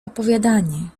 opowiadanie